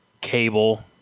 cable